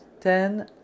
Ten